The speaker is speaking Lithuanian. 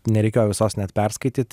nereikėjo visos net perskaityt